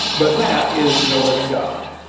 but that is no living god.